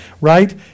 right